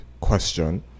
Question